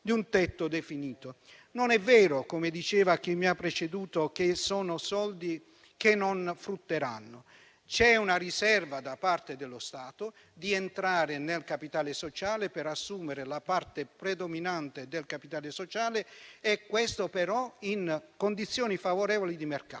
Non è vero - come diceva chi mi ha preceduto - che sono soldi che non frutteranno. C'è una riserva da parte dello Stato di entrare nel capitale sociale, per assumere la parte predominante del capitale sociale stesso; questo, però, in condizioni favorevoli di mercato.